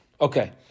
Okay